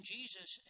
Jesus